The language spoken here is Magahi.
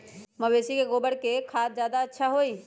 मवेसी के गोबर के खाद ज्यादा अच्छा होई?